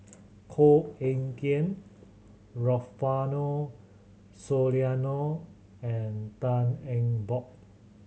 Koh Eng Kian Rufino Soliano and Tan Eng Bock